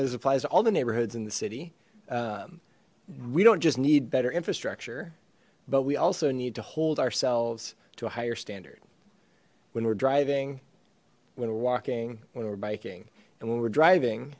it applies to all the neighborhoods in the city we don't just need better infrastructure but we also need to hold ourselves to a higher standard when we're driving when we're walking when we're biking and when we're driving